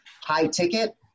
high-ticket